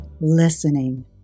Listening